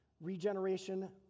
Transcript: Regeneration